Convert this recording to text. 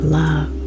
love